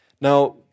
Now